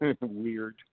weird